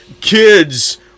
kids